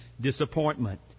disappointment